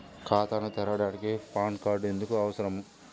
ఖాతాను తెరవడానికి PAN card ఎందుకు అవసరము?